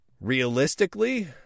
Realistically